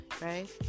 right